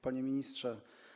Panie Ministrze!